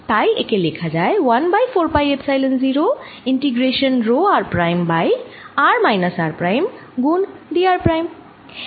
তাই একে লেখা যায় 1 by 4 pi epsilon 0 integration rho r prime by r minus r prime গুণ dr প্রাইম